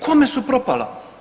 Kome su propala?